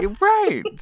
Right